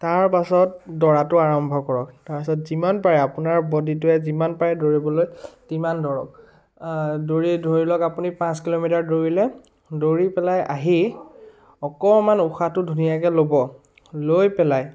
তাৰ পাছত দৌৰাটো আৰম্ভ কৰক তাৰপিছত যিমান পাৰে আপোনাৰ বডীটোৱে যিমান পাৰে দৌৰিবলৈ তিমান দৌৰক দৌৰি ধৰি লওক আপুনি পাঁচ কিলোমিটাৰ দৌৰিলে দৌৰি পেলাই আহি অকণমান উশাহটো ধুনীয়াকৈ ল'ব লৈ পেলাই